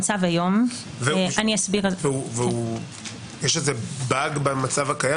יש איזה באג במצב הקיים?